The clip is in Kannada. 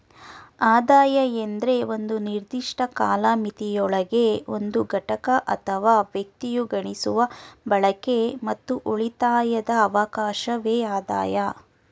ಆದಾಯ ಎಂದ್ರೆ ಒಂದು ನಿರ್ದಿಷ್ಟ ಕಾಲಮಿತಿಯೊಳಗೆ ಒಂದು ಘಟಕ ಅಥವಾ ವ್ಯಕ್ತಿಯು ಗಳಿಸುವ ಬಳಕೆ ಮತ್ತು ಉಳಿತಾಯದ ಅವಕಾಶವೆ ಆದಾಯ